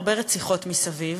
הרבה רציחות מסביב,